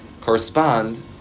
correspond